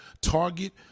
Target